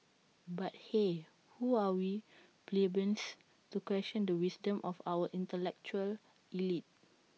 but hey who are we plebeians to question the wisdom of our intellectual elite